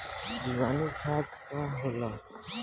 जीवाणु खाद का होला?